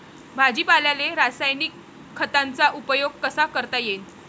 भाजीपाल्याले रासायनिक खतांचा उपयोग कसा करता येईन?